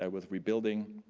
and with rebuilding,